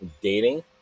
dating